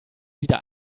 wieder